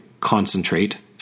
concentrate